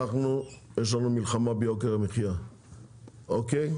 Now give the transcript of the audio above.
יש לנו מלחמה ביוקר המחיה, אוקיי?